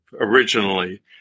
originally